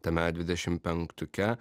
tame dvidešimt penktuke